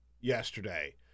yesterday